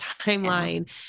timeline